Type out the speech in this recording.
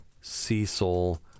Cecil